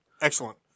Excellent